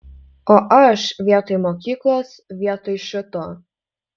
o aš vietoj mokyklos vietoj šito